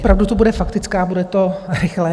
Opravdu to bude faktická, bude to rychlé.